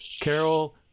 Carol